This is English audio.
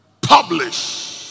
publish